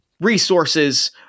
resources